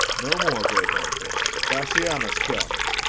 no more, great empress bassianus comes.